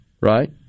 right